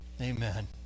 Amen